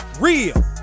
Real